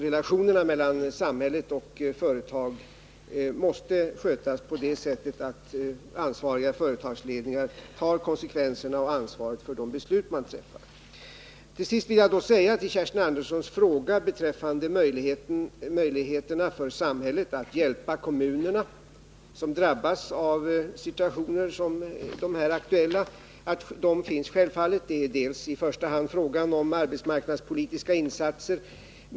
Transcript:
Relationerna mellan samhälle och företag måste skötas på det sättet att den ansvariga företagsledningen tar konsekvenserna och ansvaret för de beslut den träffar. Till sist vill jag på Kerstin Anderssons fråga om möjligheterna för samhället att hjälpa de kommuner som drabbas av sådana här situationer svara att sådana möjligheter självfallet finns. I första hand blir det fråga om arbetsmarknadspolitiska insatser.